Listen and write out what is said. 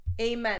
Amen